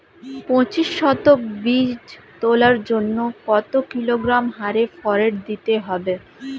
পঁচিশ শতক বীজ তলার জন্য কত কিলোগ্রাম হারে ফোরেট দিতে হবে?